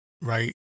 right